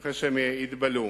אחרי שהן תתבלינה.